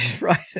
right